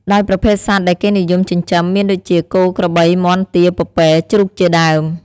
ដោយប្រភេទសត្វដែលគេនិយមចិញ្ចឹម មានដូចជា គោ ក្របី មាន់ ទា ពពែ ជ្រូកជាដើម។